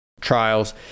trials